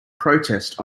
protest